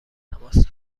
تماس